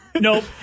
nope